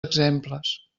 exemples